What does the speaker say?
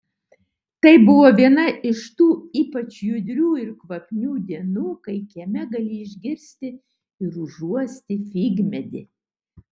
tai buvo viena iš tų ypač judrių ir kvapnių dienų kai kieme gali išgirsti ir užuosti figmedį